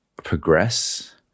progress